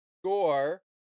score